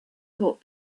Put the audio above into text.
thought